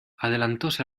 adelantóse